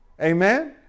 Amen